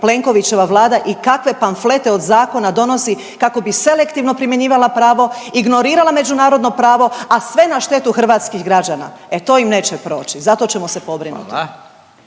Plenkovićeva Vlada i kakve pamflete od zakona donosi kako bi selektivno primjenjivala pravo, ignorirala međunarodno pravo, a sve na štetu hrvatskih građana. E to im neće proći, za to ćemo se pobrinuti.